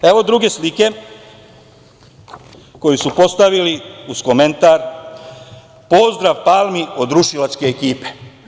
Evo druge slike koju su postavili uz komentar - Pozdrav Palmi od rušilačke ekipe.